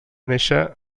néixer